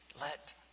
let